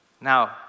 Now